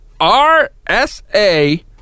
RSA